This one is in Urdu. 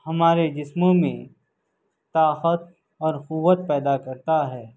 ہمارے جسموں میں طاقت اور قوت پیدا کرتا ہے